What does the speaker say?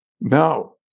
No